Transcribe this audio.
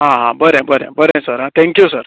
आं हां बरें बरें सर हां थँक्यू सर